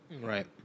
Right